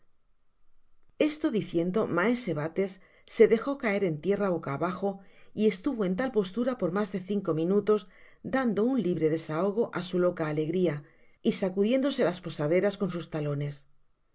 esto diciendo maese bates se dejo caer en tierra boca abajo y estuvo en tal postura por mas de cinco minutos dando un libre desahogo á su loca alegria y sacudiéndose las posaderas con sus talones